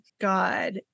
God